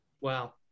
Wow